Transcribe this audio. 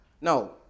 No